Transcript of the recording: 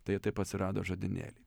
tai taip atsirado žodynėliai